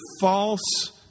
false